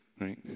right